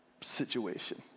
situation